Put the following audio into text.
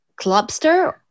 Clubster